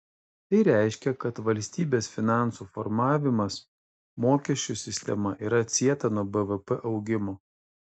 tai reiškia kad valstybės finansų formavimas mokesčių sistema yra atsieta nuo bvp augimo